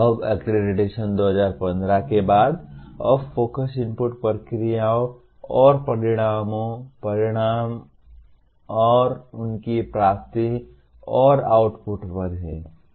अब अक्रेडिटेशन 2015 के बाद अब फोकस इनपुट प्रक्रियाओं और परिणामों परिणामों और उनकी प्राप्ति और आउटपुट पर है